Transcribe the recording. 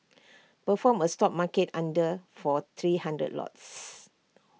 perform A stop market order for three hundred lots